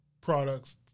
products